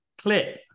clip